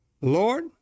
Lord